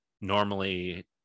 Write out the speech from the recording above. normally